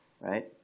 right